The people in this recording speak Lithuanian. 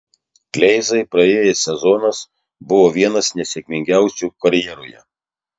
kleizai praėjęs sezonas buvo vienas nesėkmingiausių karjeroje